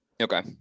Okay